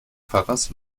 pfarrers